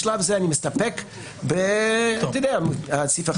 בשלב זה אני מסתפק בסעיף אחד.